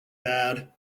bad